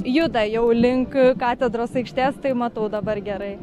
juda jau link katedros aikštės tai matau dabar gerai